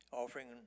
offering